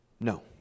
no